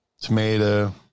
tomato